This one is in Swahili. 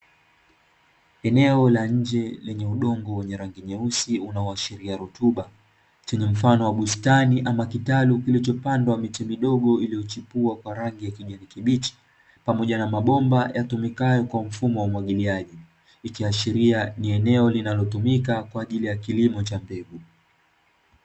Eneo la nje lenye udongo wenye rangi nyeusi unaoashiria rutuba, chenye mfano wa bustani au kitalu kilichopandwa miti midogo iliyochipua kwa rangi ya kijani kibichi, pamoja na mabomba yatumikayo kwa mfumo wa umwagiliaji, ikiashiria ni eneo linalotumika kwa ajili ya kilimo cha mbegu.